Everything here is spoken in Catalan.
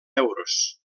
euros